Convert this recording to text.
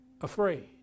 afraid